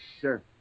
Sure